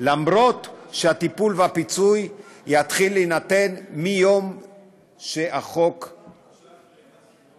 למרות שהטיפול והפיצוי יתחילו להינתן מיום שהחוק מתקבל.